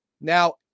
Now